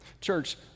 Church